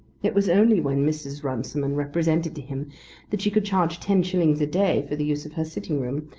it was only when mrs. runciman represented to him that she could charge ten shillings a day for the use of her sitting-room,